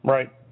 Right